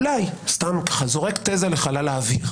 אולי, סתם ככה זורק תזה לחלל האוויר